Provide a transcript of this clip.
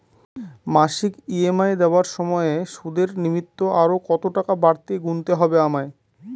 মাসিক ই.এম.আই দেওয়ার সময়ে সুদের নিমিত্ত আরো কতটাকা বাড়তি গুণতে হবে আমায়?